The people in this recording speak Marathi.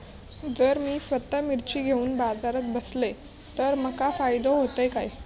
जर मी स्वतः मिर्ची घेवून बाजारात बसलय तर माका फायदो होयत काय?